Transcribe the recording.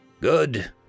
Good